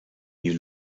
you